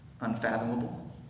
Unfathomable